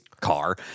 car